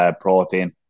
protein